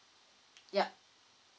yup